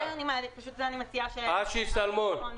פשוט זה אני מציעה שאשר שלמון יסביר.